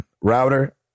router